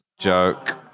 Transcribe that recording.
joke